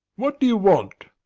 what do you want?